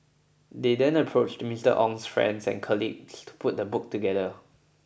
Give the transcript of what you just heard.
they then approached Mister Ong's friends and colleagues to put the book together